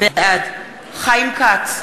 בעד חיים כץ,